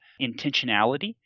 intentionality